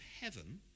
heaven